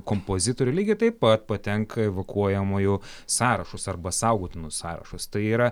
kompozitorių lygiai taip pat patenka į evakuojamųjų sąrašus arba saugotinus sąrašus tai yra